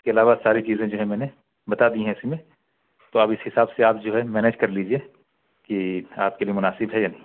اس کے علاوہ ساری چیزیں جو ہیں میں نے بتا دی ہیں اس میں تو آپ اس حساب سے جو ہے مینیج کر لیجیے کہ آپ کے لیے مناسب ہے یا نہیں ہے